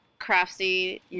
Craftsy